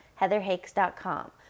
heatherhakes.com